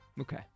Okay